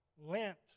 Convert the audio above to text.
Lent